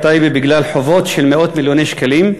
טייבה בגלל חובות של מאות מיליוני שקלים.